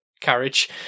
Carriage